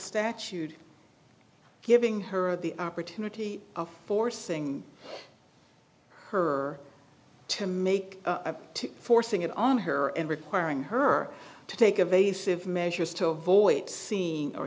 statute giving her the opportunity of forcing her to make a forcing it on her and requiring her to take of a sieve measures to avoid seeing or